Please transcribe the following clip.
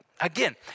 again